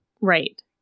Right